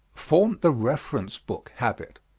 form the reference-book habit